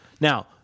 Now